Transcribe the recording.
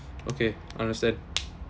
okay understand